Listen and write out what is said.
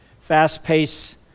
fast-paced